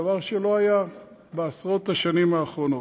דבר שלא היה בעשרות השנים האחרונות.